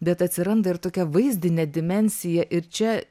bet atsiranda ir tokia vaizdinė dimensija ir čia